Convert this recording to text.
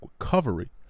recovery